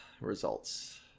Results